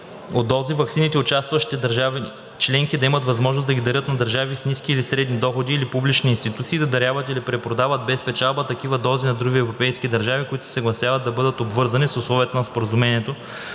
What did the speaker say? от дози ваксини участващите държави членки да имат възможност да ги дарят на държави с ниски или средни доходи или публични институции и да даряват или препродават без печалба такива дози на други европейски държави, които се съгласяват да бъдат обвързани с условията на Споразумението,